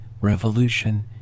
revolution